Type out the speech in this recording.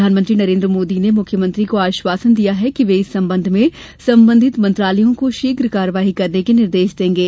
प्रधानमंत्री नरेन्द्र मोदी ने मुख्यमंत्री को आश्वासन दिया है कि वे इस संबंध में संबंधित मंत्रालयों को शीघ्र कार्यवाही करने के निर्देश देंगे